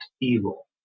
evil